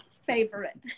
favorite